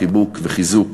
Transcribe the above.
חיבוק וחיזוק